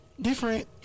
different